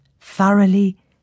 thoroughly